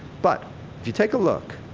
but if you take a look,